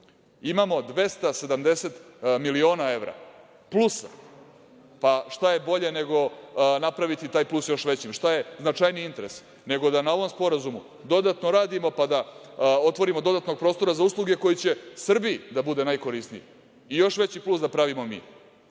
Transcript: imamo 270 miliona evra plusa. Šta je bolje nego napraviti taj plus još većim? Šta je značajniji interes nego da na ovom sporazumu dodatno radimo, pa da otvorimo dodatnog prostora za usluge koji će Srbiji da bude najkorisniji i još veći plus da pravimo mi,